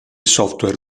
software